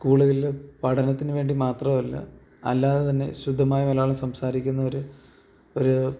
സ്കൂളുകളില് പഠനത്തിനുവേണ്ടി മാത്രമല്ല അല്ലാതെതന്നെ ശുദ്ധമായ മലയാളം സംസാരിക്കുന്ന ഒരു ഒരൂ